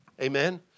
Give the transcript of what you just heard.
Amen